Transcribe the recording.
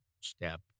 step